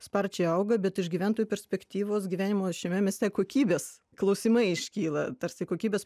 sparčiai auga bet iš gyventojų perspektyvos gyvenimo šiame mieste kokybės klausimai iškyla tarsi kokybės